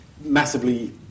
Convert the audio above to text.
massively